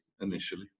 initially